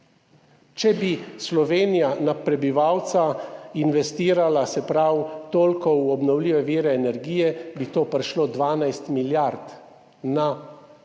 Če bi Slovenija na prebivalca investirala toliko v obnovljive vire energije, bi to prišlo 12 milijard na celo